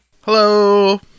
Hello